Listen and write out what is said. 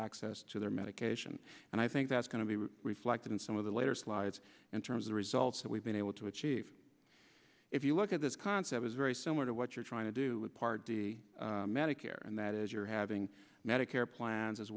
access to their medication and i think that's going to be reflected in some of the later slides in terms of the results that we've been able to achieve if you look at this concept is very similar to what you're trying to do with medicare and that is you're having medicare plans as